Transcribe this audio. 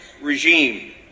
regime